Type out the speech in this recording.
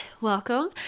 welcome